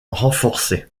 renforcé